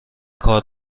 کار